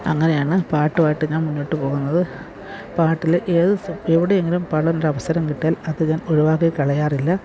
അങ്ങനെയാണ് പാട്ടുമായിട്ട് ഞാൻ മുന്നോട്ട് പോവുന്നത് പാട്ടില് ഏത് സ എവിടെയെങ്കിലും പാടാനൊരവസരം കിട്ടിയാൽ അത് ഞാൻ ഒഴിവാക്കി കളയാറില്ല